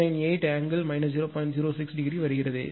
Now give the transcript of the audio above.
06 ° வருகிறது